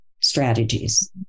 strategies